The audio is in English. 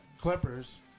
clippers